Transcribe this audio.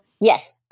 yes